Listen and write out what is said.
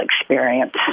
experience